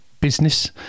business